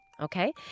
okay